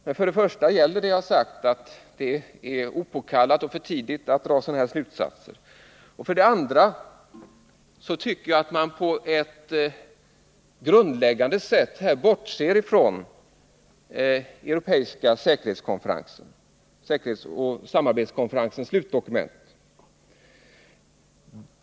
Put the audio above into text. Men för det första är det opåkallat och för tidigt att dra sådana slutsatser. För det andra bortser man då helt och hållet från den europeiska säkerhetsoch samarbetskonferensens slutdokument.